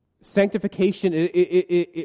Sanctification